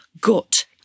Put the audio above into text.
gut